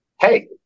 hey